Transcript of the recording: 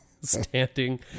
standing